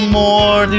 more